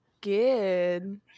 good